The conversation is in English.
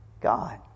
God